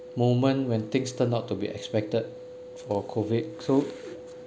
moment when things turned out to be expected for COVID so